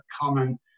common